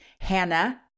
Hannah